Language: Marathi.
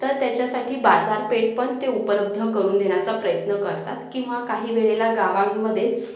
तर त्याच्यासाठी बाजारपेठ पण ते उपलब्ध करून देण्याचा प्रयत्न करतात किंवा काही वेळेला गावांमध्येच